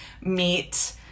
meet